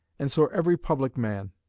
and so every public man,